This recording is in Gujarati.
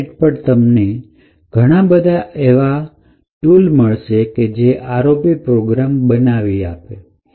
ઇન્ટરનેટ પર તમને ઘણા બધા એવા જ મળશે કે જેનાથી ROP પ્રોગ્રામ બનાવી શકાય